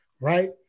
right